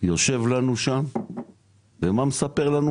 יושב לנו שם ומה מספר לנו?